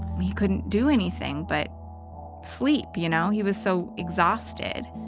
he couldn't do anything but sleep. you know he was so exhausted.